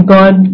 God